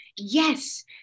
Yes